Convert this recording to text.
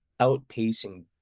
outpacing